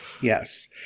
Yes